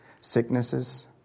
sicknesses